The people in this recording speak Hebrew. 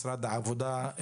משרד העבודה,